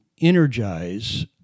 energize